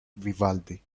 vivaldi